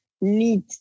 need